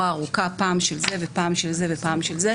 הארוכה פעם של זה ופעם של זה ופעם של זה.